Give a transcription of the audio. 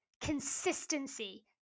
consistency